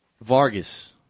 Vargas